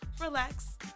relax